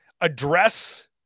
address